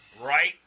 right